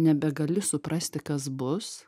nebegali suprasti kas bus